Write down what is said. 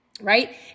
right